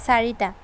চাৰিটা